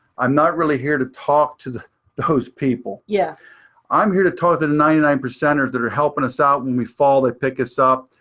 i'm not really here to talk to those people. yeah i'm here to talk to the ninety nine percenters that are helping us out, when we fall they pick us up.